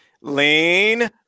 Lean